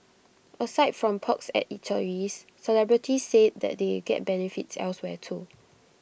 aside from perks at eateries celebrities say that they get benefits elsewhere too